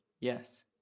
Yes